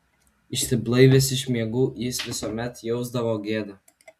išsiblaivęs iš miegų jis visuomet jausdavo gėdą